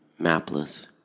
mapless